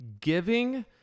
giving